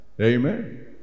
Amen